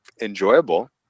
enjoyable